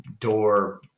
door